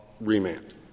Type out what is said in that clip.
remand